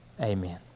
Amen